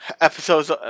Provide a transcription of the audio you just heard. Episodes